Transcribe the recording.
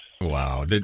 Wow